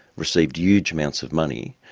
received huge amounts of money,